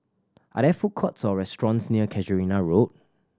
are there food courts or restaurants near Casuarina Road